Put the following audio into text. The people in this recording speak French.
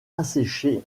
asséché